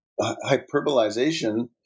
hyperbolization